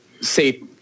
say